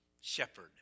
shepherd